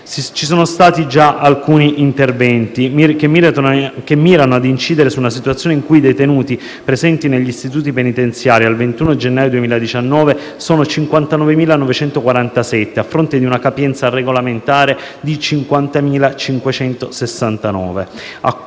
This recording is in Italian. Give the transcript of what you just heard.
Ci sono stati già alcuni interventi che mirano a incidere su una situazione in cui i detenuti presenti negli istituti penitenziari al 21 gennaio 2019 sono 59.947, a fronte di una capienza regolamentare di 50.569